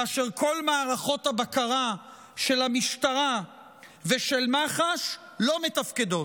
כאשר כל מערכות הבקרה של המשטרה ושל מח"ש לא מתפקדות.